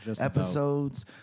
episodes